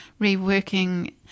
reworking